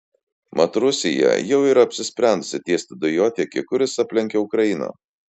mat rusija jau yra apsisprendusi tiesti dujotiekį kuris aplenkia ukrainą